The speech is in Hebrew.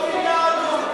לא ויתרנו.